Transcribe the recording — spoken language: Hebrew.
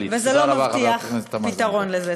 הזה וזה לא מבטיח פתרון לזה.